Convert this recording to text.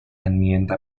enmienda